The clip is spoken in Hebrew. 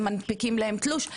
מנפיקים להם תלוש.